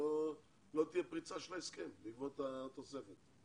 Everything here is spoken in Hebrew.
שלא תהיה פריצה של ההסכם בעקבות התוספת?